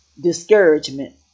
discouragement